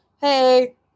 Hey